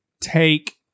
take